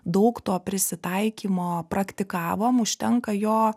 daug to prisitaikymo praktikavom užtenka jo